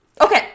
Okay